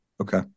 Okay